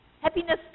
Happiness